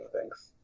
thanks